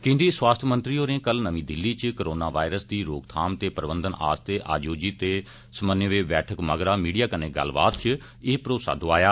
केन्द्रीय स्वास्थ्य मंत्री होरें कल नमीं दिल्ली इच कोरोना वायरस दी रोकथाम ते प्रबंधन आस्तै आयोजित ते समन्वय बैठक मगरा मीडिया कन्नै गल्लबात इच एह भरोसा दौआया